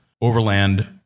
overland